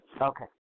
Okay